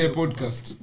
podcast